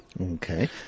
Okay